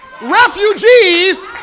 Refugees